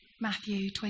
Matthew